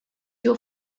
your